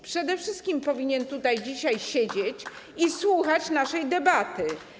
Przede wszystkim powinien tutaj dzisiaj siedzieć i słuchać naszej debaty.